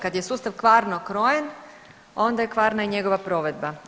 Kad je sustav kvarno krojen, onda je kvarna i njegova provedba.